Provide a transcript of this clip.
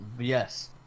Yes